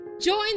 Join